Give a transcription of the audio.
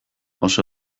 oso